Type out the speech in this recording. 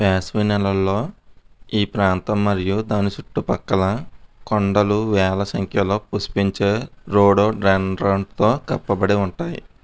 వేసవి నెలల్లో ఈ ప్రాంతం మరియు దాని చుట్టుపక్కల కొండలు వేల సంఖ్యలో పుష్పించే రోడోడెండ్రాన్తో కప్పబడి ఉంటాయి